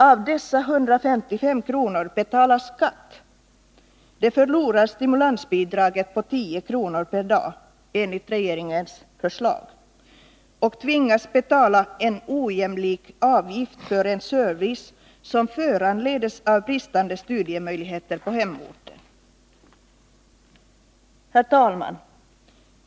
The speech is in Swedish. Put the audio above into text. På dessa pengar skall de betala skatt. De förlorar stimulansbidraget på 10 kr. per dag och tvingas betala en ojämlik avgift för en service som föranleds av bristande studiemöjligheter på hemorten. Herr talman!